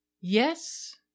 yes